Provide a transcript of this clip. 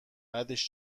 بعدش